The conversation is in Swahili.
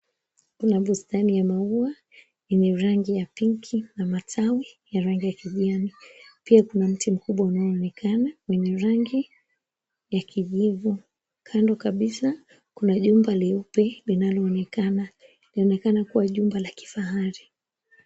Kuna bustani ya maua yenye rangi ya pinki na matawi ya rani ya kijani pia kuna mti mkubwa unaonekana wenye rangi ya kijivu kando kabisa kuna jumba leupe linaoneka kuwa ni jumba la kifahari.